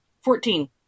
fourteen